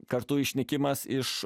kartu išnykimas iš